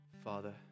Father